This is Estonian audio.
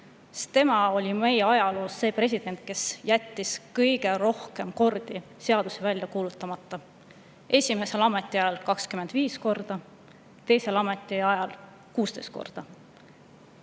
Meri oli meie ajaloos president, kes jättis väga palju kordi seaduse välja kuulutamata: esimesel ametiajal 25 korda, teisel ametiajal 16 korda.